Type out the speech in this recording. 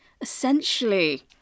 essentially